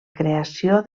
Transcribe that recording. creació